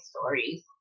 stories